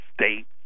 States